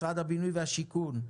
משרד הבינוי והשיכון,